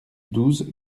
douze